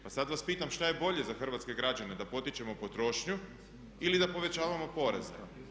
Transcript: Pa sad vas pitam šta je bolje za hrvatske građane da potičemo potrošnju ili da povećavamo poreze?